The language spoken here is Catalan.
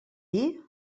dir